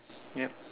yup